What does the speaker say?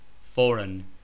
foreign